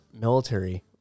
military